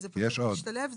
זה משתלב.